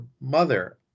mother